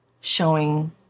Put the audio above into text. showing